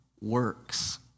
works